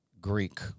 Greek